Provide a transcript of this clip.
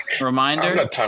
Reminder